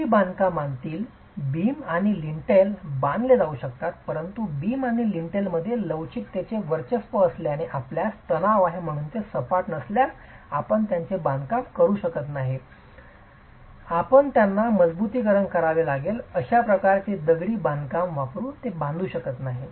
दगडी बांधकामातील बीम आणि लिंटेल बांधले जाऊ शकतात परंतु बीम आणि लिंटेल मध्ये लवचिकतेचे वर्चस्व असल्याने आपणास तणाव आहे म्हणून ते सपाट असल्यास आपण त्यांचे बांधकाम करू शकत नाही आपण त्यांना मजबुतीकरण करावे लागेल अशा प्रकारची दगडी बांधकाम वापरुन ते बांधू शकत नाही